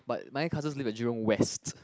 but my cousins live in Jurong West